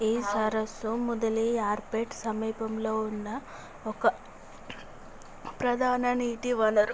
ఈ సరస్సు ముదలియార్పేట్ సమీపంలో ఉన్న ఒక ప్రధాన నీటి వనరు